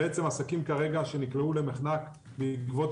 בעצם עסקים כרגע שנקלעו למחנק בעקבות